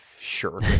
Sure